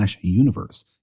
universe